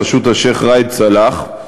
בראשות השיח' ראאד סלאח,